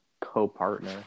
co-partner